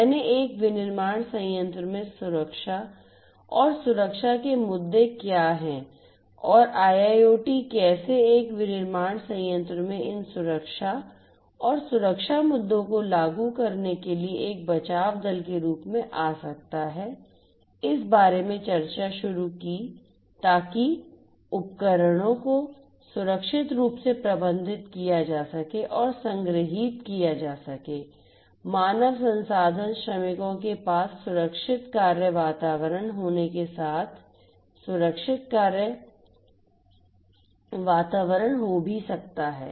मैंने एक विनिर्माण संयंत्र में सुरक्षा और सुरक्षा के मुद्दे क्या हैं और IIoT कैसे एक विनिर्माण संयंत्र में इन सुरक्षा और सुरक्षा मुद्दों को लागू करने के लिए एक बचाव दल के रूप में आ सकता है इस बारे में चर्चा शुरू की ताकि उपकरणों को सुरक्षित रूप से प्रबंधित किया जा सके और संग्रहीत किया जा सके मानव संसाधन श्रमिकों के पास सुरक्षित कार्य वातावरण होने के साथ सुरक्षित कार्य वातावरण भी हो सकता है